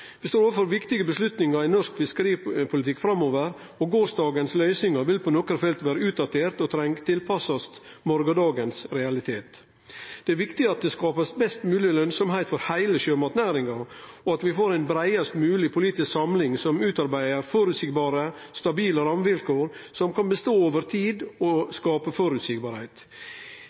Vi står overfor viktige avgjerder i norsk fiskeripolitikk framover, og gårsdagens løysingar vil på nokre felt vere utdaterte og treng å bli tilpassa morgondagens realitet. Det er viktig at det blir skapt best mogleg lønsemd for heile sjømatnæringa, og at vi får ei breiast mogleg politisk samling, som utarbeider stabile rammevilkår som kan bestå over tid og skape